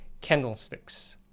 candlesticks